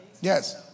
yes